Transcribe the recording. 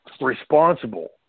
Responsible